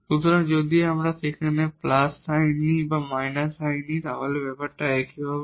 সুতরাং যদি আমরা সেখানে প্লাস সাইন নিই বা মাইনাস সাইন নিই তাহলে ব্যাপারটা একই হবে